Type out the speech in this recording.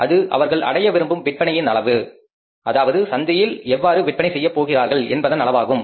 அது அவர்கள் அடைய விரும்பும் விற்பனையின் அளவு அதாவது சந்தையில் எவ்வாறு விற்பனை செய்யப் போகின்றார்கள் என்பதன் அளவாகும்